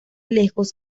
lejos